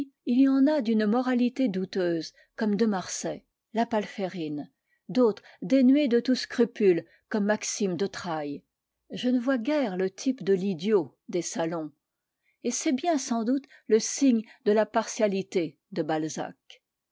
il y en a d'une moralité douteuse comme de marsay la palférine d'autres dénués de tout scrupule comme maxime de trailles je ne vois guère le type de l'idiot des salons et c'est bien sans doute le signe de la partialité de balzac